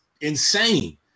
insane